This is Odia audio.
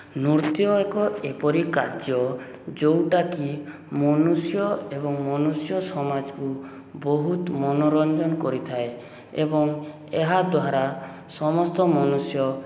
ନୃତ୍ୟ ଏକ ଏପରି କାର୍ଯ୍ୟ ଯେଉଁଟାକି ମନୁଷ୍ୟ ଏବଂ ମନୁଷ୍ୟ ସମାଜକୁ ବହୁତ ମନୋରଞ୍ଜନ କରିଥାଏ ଏବଂ ଏହା ଦ୍ଵାରା ସମସ୍ତ ମନୁଷ୍ୟ